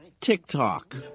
TikTok